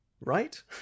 right